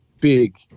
big